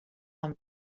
amb